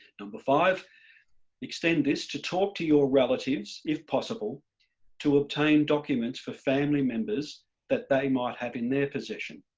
number five extend this to talk to your relatives if possible to obtain documents for family members that they might have in their possession.